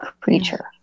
Creature